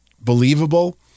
believable